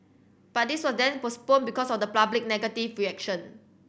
but this were then postponed because of the public negative reaction